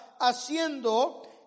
haciendo